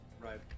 right